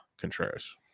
Contreras